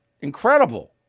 Incredible